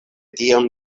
tiam